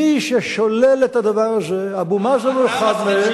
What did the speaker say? מי ששולל את הדבר הזה, אבו מאזן הוא אחד מהם.